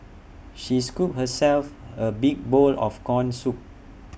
she scooped herself A big bowl of Corn Soup